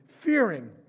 fearing